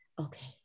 okay